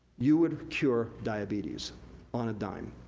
you would cure diabetes on a dime.